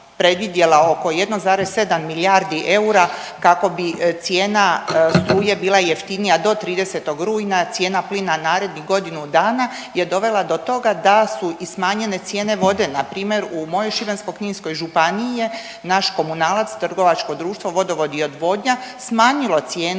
predvidjela oko 1,7 milijardi eura kako bi cijena struje bila jeftinija do 30. rujna, cijena plina narednih godinu dana je dovela do toga da su i smanjenje cijene vode, npr. u mojoj Šibensko-kninskoj županiji je naš komunalac, trgovačko društvo Vodovod i odvodnja, smanjilo cijenu,